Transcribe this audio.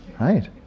right